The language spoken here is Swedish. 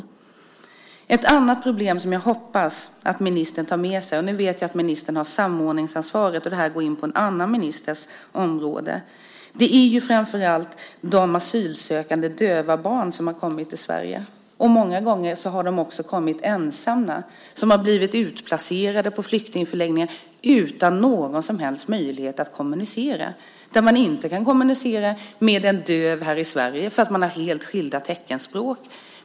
Det finns ett annat problem som jag hoppas att ministern tar med sig. Jag vet att ministern har samordningsansvaret och att detta går in på en annan ministers område. Det gäller de asylsökande döva barn som har kommit till Sverige. Många gånger har de kommit ensamma till Sverige. De har blivit utplacerade på flyktingförläggningar utan någon som helst möjlighet att kommunicera. De kan inte kommunicera med någon döv här i Sverige därför att man har helt skilda teckenspråk.